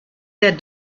der